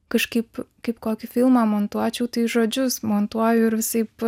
kažkaip kaip kokį filmą montuočiau tai žodžius montuoju ir visaip